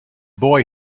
boy